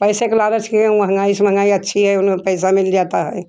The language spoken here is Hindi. पैसे के लालच के महंगाई अच्छी हैं उन्हें पैसा मिल जाता हैं